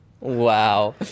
wow